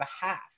behalf